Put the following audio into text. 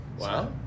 Wow